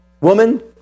Woman